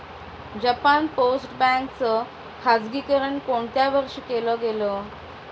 Japan post bank च खाजगीकरण कोणत्या वर्षी केलं गेलं?